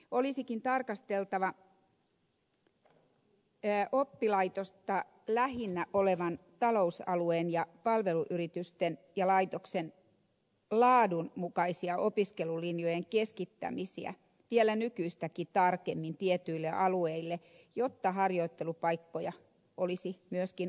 olisikin tarkasteltava oppilaitosta lähinnä olevan talousalueen ja palveluyritysten ja laitosten laadun mukaisia opiskelulinjojen keskittämisiä vielä nykyistäkin tarkemmin tietyille alueille jotta harjoittelupaikkoja olisi myöskin olemassa